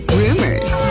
rumors